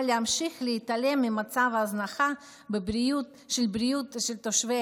אבל להמשיך להתעלם ממצב ההזנחה של בריאות תושבי